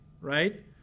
right